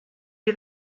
you